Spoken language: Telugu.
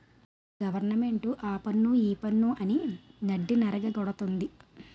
గవరమెంటు ఆపన్ను ఈపన్ను అని నడ్డిరగ గొడతంది